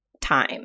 time